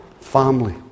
family